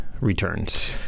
returns